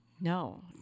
No